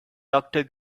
doctor